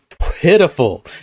pitiful